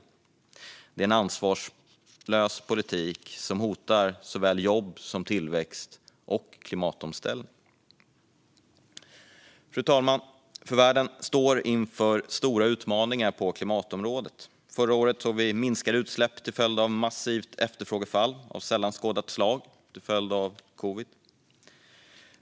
Detta är en ansvarslös politik som hotar såväl jobb och tillväxt som klimatomställningen. Fru talman! Världen står inför stora utmaningar på klimatområdet. Förra året såg vi minskade utsläpp till följd av ett massivt efterfrågefall av sällan skådat slag på grund av covid.